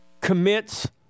commits